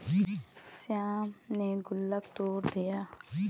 श्याम ने गुल्लक तोड़ दिया